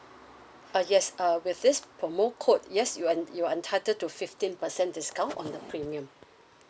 uh yes uh with this promo code yes you en~ you are entitled to fifteen percent discount on the premium